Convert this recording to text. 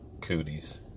cooties